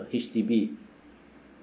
H_D_B